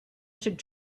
should